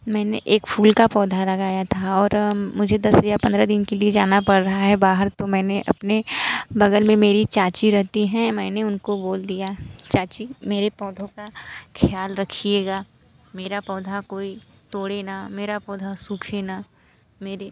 मैंने एक फूल का पौधा लगाया था और मुझे दस या पंद्रह दिन के लिए जाना पड़ रहा है बाहर तो मैंने अपने बगल में मेरी चाची रहती हैं मैंने उनको बोल दिया चाची मेरे पौधों का ख़याल रखिएगा मेरा पौधा कोई तोड़े न मेरा पौधा सूखे न मेरे